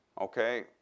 Okay